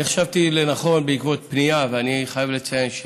אני חשבתי לנכון, אני חייב לציין,